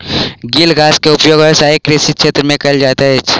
गीली घास के उपयोग व्यावसायिक कृषि क्षेत्र में कयल जाइत अछि